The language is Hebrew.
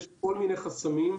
יש כל מיני חסמים,